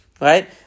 Right